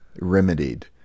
remedied